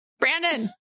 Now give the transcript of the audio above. Brandon